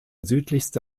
südlichste